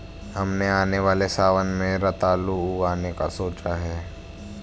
हमने आने वाले सावन में रतालू उगाने का सोचा है